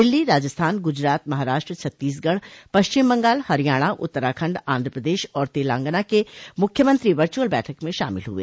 दिल्ली राजस्थान गुजरात महाराष्ट्र छत्तीसगढ पश्चिम बंगाल हरियाणा उत्तराखंड आंध्र प्रदेश और तेलंगाना के मुख्यमंत्री वर्चुअल बैठक में शामिल हुए